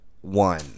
one